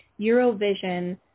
Eurovision